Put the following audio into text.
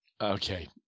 Okay